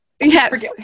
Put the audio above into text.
yes